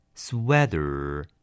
Sweater